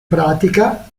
pratica